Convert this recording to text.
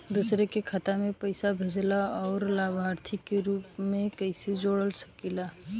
दूसरे के खाता में पइसा भेजेला और लभार्थी के रूप में कइसे जोड़ सकिले?